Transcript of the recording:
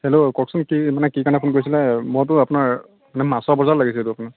hello কওকচোন কি মানে কি কাৰণে ফোন কৰিছিলে মইতো আপোনাৰ মানে মাছৰ বজাৰত লাগিছে এইটো আপোনাৰ